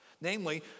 Namely